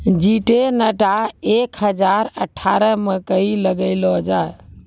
Syngenta एक हजार अठारह मकई लगैलो जाय?